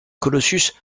colossus